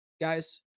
guys